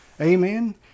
amen